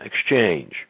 exchange